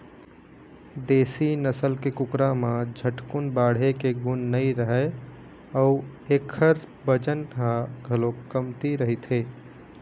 देशी नसल के कुकरा म झटकुन बाढ़े के गुन नइ रहय अउ एखर बजन ह घलोक कमती रहिथे